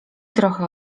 trochę